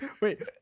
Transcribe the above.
Wait